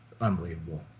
unbelievable